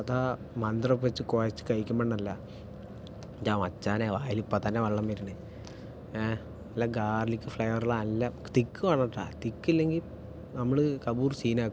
അതാ മന്തിടെ ഒപ്പം വെച്ചു കുഴച്ച് കഴിക്കുമ്പോൾ ഉണ്ടല്ലോ എൻ്റെ മച്ചാനെ വായിലിപ്പ തന്നെ വെള്ളം വരുണ് നല്ല ഗാർലിക് ഫ്ലെവർ ഉള്ള നല്ല തിക്ക് വേണട്ടാ തിക്കില്ലെങ്കി നമ്മള് കബൂർ സീൻ ആക്കും